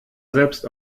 selbst